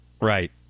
Right